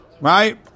right